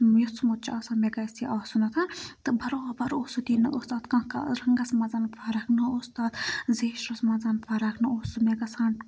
یُژمُت چھُ آسان مےٚ گژھِ یہِ آسُنَتھَن تہٕ برابر اوس سُہ تی نہ اوس تَتھ کانٛہہ رَنٛگَس منٛز فَرق نہ اوس تَتھ زیچھرَس منٛز فَرق نہ اوس سُہ مےٚ گَژھان